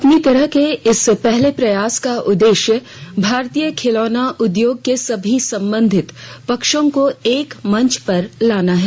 अपनी तरह के इस पहले प्रयास का उददेश्य भारतीय खिलौना उदयोग के सभी संबंधित पक्षों को एक मंच पर लाना है